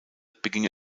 beging